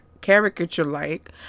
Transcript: caricature-like